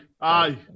Aye